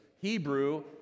Hebrew